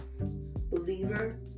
Believer